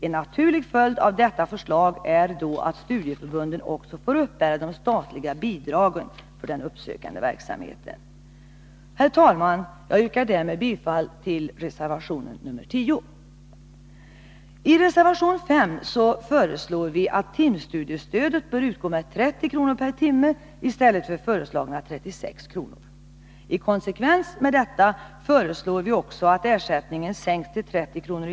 En naturlig följd av detta förslag är då att studieförbunden också får uppbära de statliga bidragen för den uppsökande verksamheten. Herr talman! Jag yrkar härmed bifall till den moderata reservationen 10. I reservation 5 föreslår vi att timstudiestödet bör utgå med 30 kr. per timme i stället för föreslagna 36 kr. I konsekvens med detta föreslår vi också att ersättningen sänks till 30 kr.